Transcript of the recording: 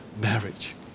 marriage